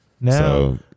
Now